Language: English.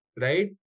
right